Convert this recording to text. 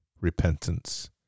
repentance